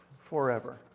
forever